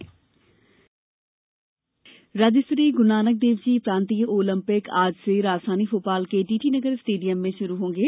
Olympic खेल राज्य स्तरीय गुरूनानक देवजी प्रांतीय ओलम्पिक आज से राजधानी भोपाल के टीटी नगर स्टेडियम में शुरू होंगे